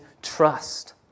Trust